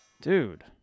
Dude